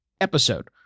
episode